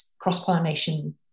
cross-pollination